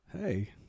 hey